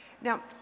Now